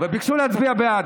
וביקשו להצביע בעד.